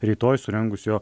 rytoj surengus jo